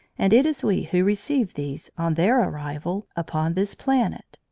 and it is we who receive these on their arrival upon this planet.